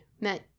met